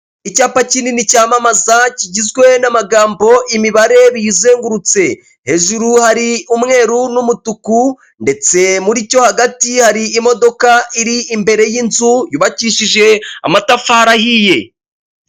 Icyapa kinini cyamamaza, kigizwe n'amagambo, imibare, biyizengurutse. Hejuru hari umweru n'umutuku, ndetse muri cyo hagati hari imodoka iri imbere y'inzu yubakishije amatafari ahiye.